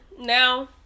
now